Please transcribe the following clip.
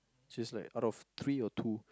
she's like out of three or two